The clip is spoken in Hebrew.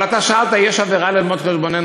אבל שאלת: יש עבירה בללמוד חשבון?